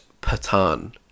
Patan